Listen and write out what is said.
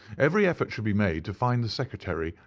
every effort should be made to find the secretary,